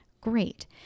Great